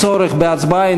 אין צורך בהצבעה,